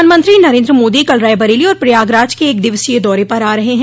प्रधानमंत्री नरेन्द्र मादी कल रायबरेली और प्रयागराज के एक दिवसीय दौरे पर आ रहे हैं